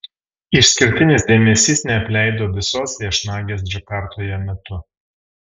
išskirtinis dėmesys neapleido visos viešnagės džakartoje metu